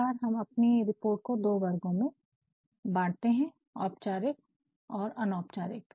इस प्रकार हम अपनी रिपोर्ट को दो वर्गों में बांटते है औपचारिक और अनौपचारिक